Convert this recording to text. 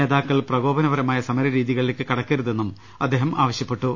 നേതാക്കൾ പ്രകോപനപരമായ സമര രീതികളിലേക്ക് കടക്കരുതെന്നും അദ്ദേഹം ആവ ശ്യപ്പെട്ടു